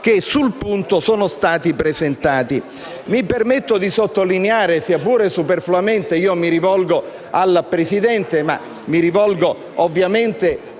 che sul punto sono stati presentati. Mi permetto di sottolineare, sia pur superfluamente (io mi rivolgo al Presidente, ma